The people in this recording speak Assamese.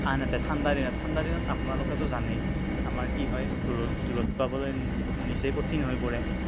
আনহাতে ঠাণ্ডা দিনত ঠাণ্ডাদিনত আপোনালোকেতো জানেই আমাৰ কি হয় ৰ'দ ৰ'দ পাবলৈ নিচেই কঠিন হৈ পৰে